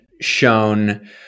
shown